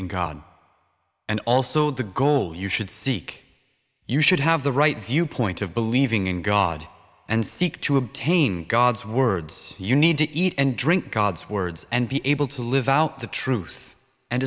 in god and also the goal you should seek you should have the right viewpoint of believing in god and seek to obtain god's words you need to eat and drink god's words and be able to live out the truth and